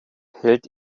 hält